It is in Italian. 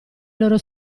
loro